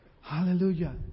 Hallelujah